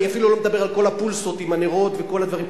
אני אפילו לא מדבר על כל הפולסות עם הנרות וכל הדברים,